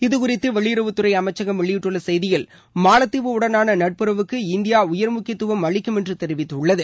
இதுகுறித்து வெளியுறவுத்துறை அமைச்சகம் வெளியிட்டுள்ள செய்தியில் மாலத்தீவு உடனான நட்புறவுக்கு இந்தியா உயர் முக்கியத்துவம் அளிக்கும் என்று தெரிவித்துள்ளது